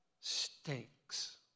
stinks